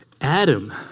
Adam